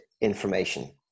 information